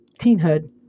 teenhood